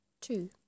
Two